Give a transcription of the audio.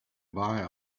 buy